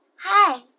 Hi